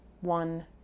one